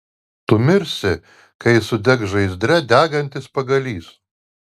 tu mirsi kai sudegs žaizdre degantis pagalys